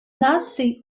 наций